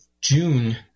June